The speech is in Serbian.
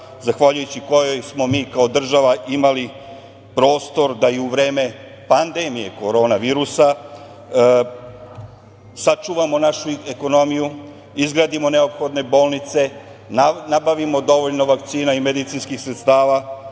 zahvaljujući kojoj smo mi kao država imali prostor da i u vreme pandemije korona virusa sačuvamo našu ekonomiju, izgradimo neophodne bolnice, nabavimo dovoljno vakcina i medicinskih sredstava